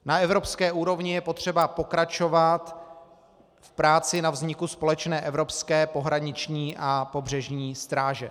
Na evropské úrovni je potřeba pokračovat v práci na vzniku společné evropské pohraniční a pobřežní stráže.